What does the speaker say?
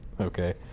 Okay